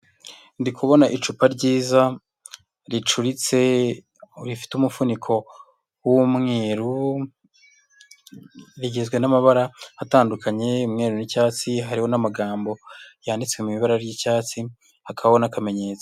Ndi kubona icupa ryiza ricuritse, rifite umuvuniko w'umweru, rigizwe n'amabara atandukanye: umweruru n'icyatsi, hariho n'amagambo yanditse mu ibara ry'icyatsi, hakabaho n'akamenyetso.